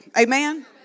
Amen